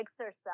exercise